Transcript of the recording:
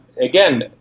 again